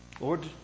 Lord